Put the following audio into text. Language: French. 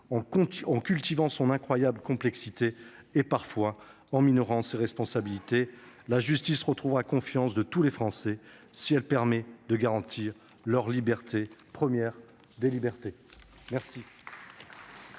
en cultivant son incroyable complexité et parfois en minorant ses responsabilités. La justice retrouvera la confiance de tous les Français si elle permet de garantir leur sécurité, première des libertés. La